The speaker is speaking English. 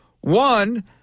One